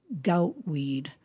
goutweed